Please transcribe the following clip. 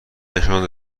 نشان